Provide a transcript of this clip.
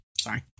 Sorry